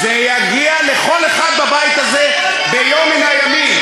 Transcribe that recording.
זה יגיע לכל אחד בבית הזה ביום מן הימים.